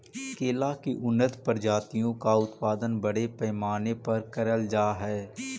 केला की उन्नत प्रजातियों का उत्पादन बड़े पैमाने पर करल जा हई